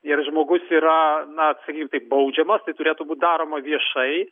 ir žmogus yra na sakykim taip baudžiama tai turėtų būti daroma viešai